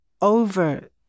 over